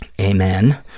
Amen